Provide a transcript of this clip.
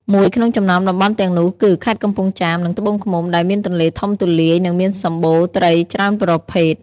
មួយក្នុងចំណោមតំបន់ទាំងនោះគឺ ខេត្តកំពង់ចាម និងត្បូងឃ្មុំ ដែលមានទន្លេធំទូលាយ និងមានសម្បូរត្រីច្រើនប្រភេទ។